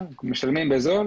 קונים בזול